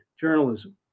journalism